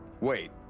Wait